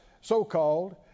so-called